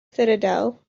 citadel